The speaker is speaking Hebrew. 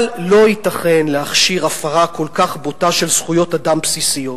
אבל לא ייתכן להכשיר הפרה כל כך בוטה של זכויות אדם בסיסיות.